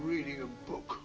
reading a book